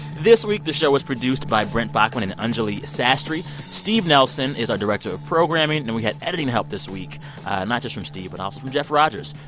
this week, the show was produced by brent baughman and anjuli sastry. steve nelson is our director of programming. then we had editing help this week not just from steve but also from jeff rogers.